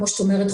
כמו שאת אומרת,